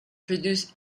produce